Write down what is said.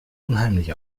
unheimlich